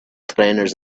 trainers